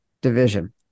division